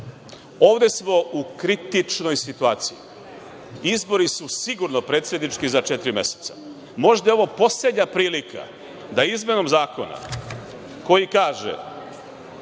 Ovde smo u kritičnoj situaciji. Izbori su sigurno, predsednički za četiri meseca. Možda je ovo poslednja prilika da izmenom zakona koji kaže